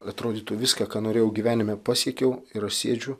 atrodytų viską ką norėjau gyvenime pasiekiau ir sėdžiu